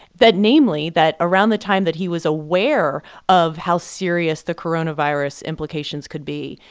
that namely, that around the time that he was aware of how serious the coronavirus implications could be,